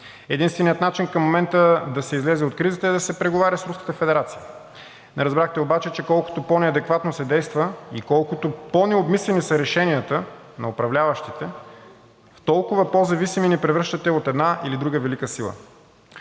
Единственият начин към момента да се излезе от кризата е да се преговаря с Руската федерация. Не разбрахте обаче – колкото по-неадекватно се действа и колкото по-необмислени са решенията на управляващите, в толкова по-зависими ни превръщате от една или друга велика сила.